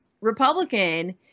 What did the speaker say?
Republican